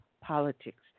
Politics